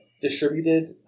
distributed